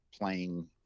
playing